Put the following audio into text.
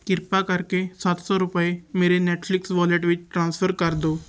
ਕਿਰਪਾ ਕਰਕੇ ਸੱਤ ਸੌ ਰੁਪਏ ਮੇਰੇ ਨੇਟਫ਼ਲਿਕਸ ਵਾਲੇਟ ਵਿੱਚ ਟ੍ਰਾਂਸਫਰ ਕਰ ਦਿਓ